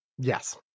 Yes